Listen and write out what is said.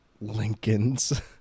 Lincolns